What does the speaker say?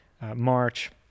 March